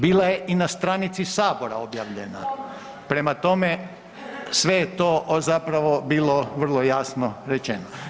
Bila je i na stanici Sabora objavljena, prema tome, sve je to zapravo bilo vrlo jasno rečeno.